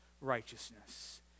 righteousness